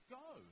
go